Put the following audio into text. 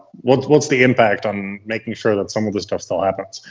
what's what's the impact on making sure that some of this stuff still happens,